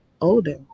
older